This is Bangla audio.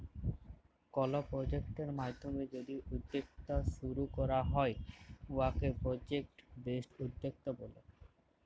কল পরজেক্ট মাইধ্যমে যদি উদ্যক্তা শুরু ক্যরা হ্যয় উয়াকে পরজেক্ট বেসড উদ্যক্তা ব্যলে